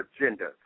agenda